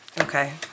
okay